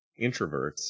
introverts